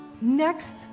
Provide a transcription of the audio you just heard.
next